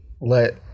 let